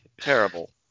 Terrible